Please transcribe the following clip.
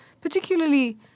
particularly